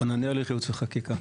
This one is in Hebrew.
חנן ארליך, יעוץ וחקיקה.